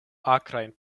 akrajn